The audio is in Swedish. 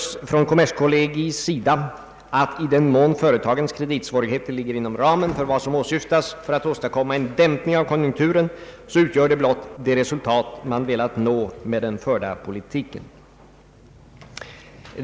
Kommerskollegium anförde att i den mån företagens kreditsvårigheter ligger inom ramen för vad som åsyftas för att åstadkomma en dämpning av konjunkturen, utgör detta blott de resultat man velat nå med den förda politiken.